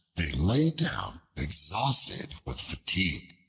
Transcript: they lay down exhausted with fatigue.